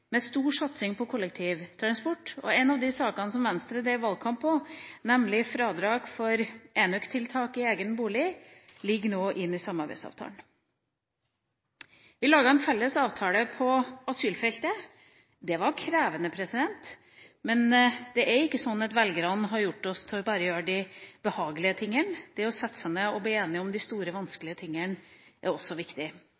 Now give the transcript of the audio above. med stor satsing på kollektivtransport. En av de sakene som Venstre drev valgkamp på, nemlig fradrag for enøktiltak i egen bolig, ligger nå inne i samarbeidsavtalen. Vi laget en felles avtale på asylfeltet. Det var krevende, men det er ikke sånn at velgerne har valgt oss til bare å gjøre de behagelige tingene. Det å sette seg ned og bli enige om de store,